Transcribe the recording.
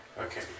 Okay